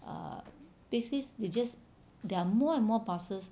err basically they just there are more and more buses